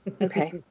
Okay